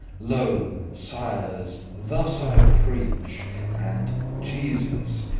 lo, sires, thus i preach and jesus